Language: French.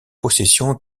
possession